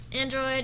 Android